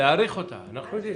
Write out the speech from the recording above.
--- להאריך אותה, אנחנו יודעים.